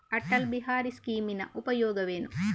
ಅಟಲ್ ಬಿಹಾರಿ ಸ್ಕೀಮಿನ ಉಪಯೋಗವೇನು?